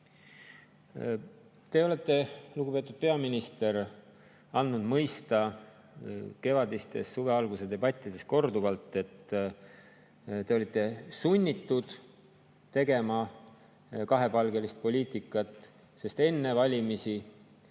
pikemalt. Lugupeetud peaminister, te andsite kevadistes, suve alguse debattides korduvalt mõista, et te olite sunnitud tegema kahepalgelist poliitikat, sest enne valimisi,